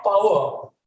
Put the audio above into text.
power